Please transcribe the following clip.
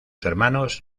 hermanos